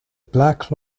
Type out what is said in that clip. black